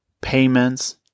payments